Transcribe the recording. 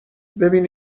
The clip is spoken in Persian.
ببین